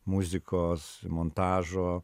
muzikos montažo